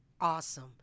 awesome